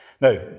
Now